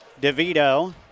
DeVito